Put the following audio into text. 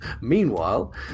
meanwhile